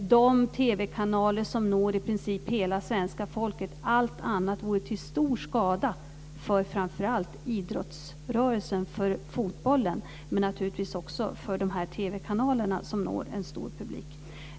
de TV-kanaler som når i princip hela svenska folket. Allt annat vore till stor skada för framför allt idrottsrörelsen, för fotbollen men naturligtvis också för TV-kanalerna som når en stor publik.